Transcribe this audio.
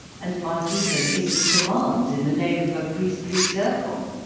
and might even issue commands in the name of a priestly circle